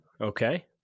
Okay